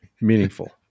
meaningful